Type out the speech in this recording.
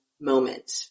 moment